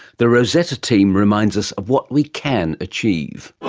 the rosetta team reminds us of what we can achieve.